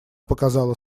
показала